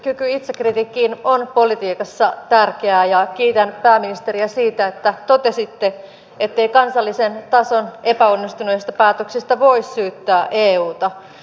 kyky itsekritiikkiin on politiikassa tärkeää ja kiitän pääministeriä siitä että totesitte ettei kansallisen tason epäonnistuneista päätöksistä voi syyttää euta